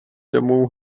domů